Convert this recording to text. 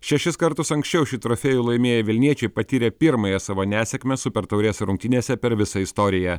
šešis kartus anksčiau šį trofėjų laimėję vilniečiai patyrė pirmąją savo nesėkmę super taurės rungtynėse per visą istoriją